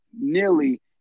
nearly